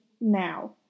now